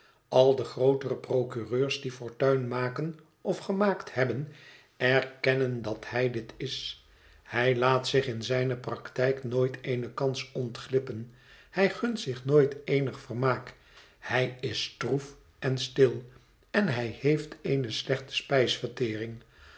al de grootere procureurs die fortuin maken of gemaakt hebben erkennen dat hij dit is hij laat zich in zijne praktijk nooit eene kans ontglippen hij gunt zich nooit eenig vermaak hij is stroef en stil en hij heeft eene slechte spijsvertering